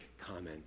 comment